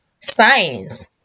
science